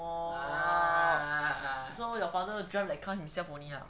ah so your father drive that car himself only ah